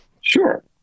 Sure